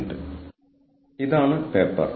ഇത് സ്വാർട്ടിന്റെയും കിന്നിയുടെയും പേപ്പറാണ്